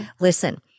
listen